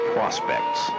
Prospects